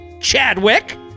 Chadwick